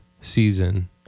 season